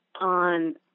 on